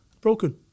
Broken